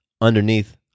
underneath